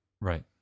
Right